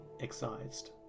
excised